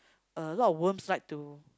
a lot of worms like to